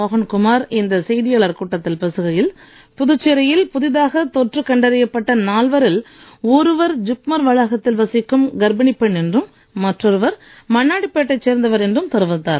மோகன் குமார் இந்த செய்தியாளர் கூட்டத்தில் பேசுகையில் புதுச்சேரியில் புதிதாக தொற்று கண்டறியப்பட்ட நால்வரில் ஒருவர் ஜிப்மர் வளாகத்தில் வசிக்கும் கர்ப்பிணிப் பெண் என்றும் மற்றொருவர் மண்ணாடிப்பேட் டைச் சேர்ந்தவர் என்றும் தெரிவித்தார்